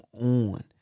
on